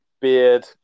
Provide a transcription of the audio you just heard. beard